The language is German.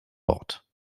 bord